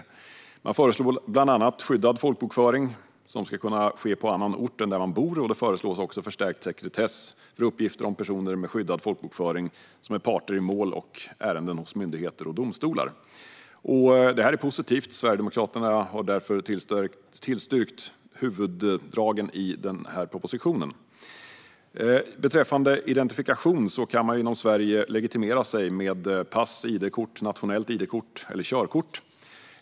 Regeringen föreslår bland annat skyddad folkbokföring som ska kunna ske på annan ort än där man bor. Det föreslås också förstärkt sekretess för uppgifter om personer med skyddad folkbokföring som är parter i mål och ärenden hos myndigheter och domstolar. Detta är positivt. Sverigedemokraterna har därför tillstyrkt huvuddragen i propositionen. Beträffande identifikation kan man inom Sverige legitimera sig med pass, id-kort, nationellt id-kort eller körkort.